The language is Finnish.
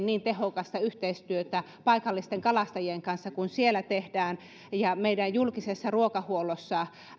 niin tehokasta yhteistyötä paikallisten kalastajien kanssa kuin siellä tehdään ja meidän julkisessa ruokahuollossa